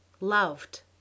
Loved